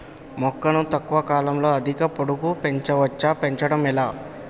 మొక్కను తక్కువ కాలంలో అధిక పొడుగు పెంచవచ్చా పెంచడం ఎలా?